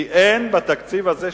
כי אין בתקציב הזה,